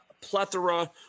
plethora